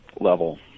level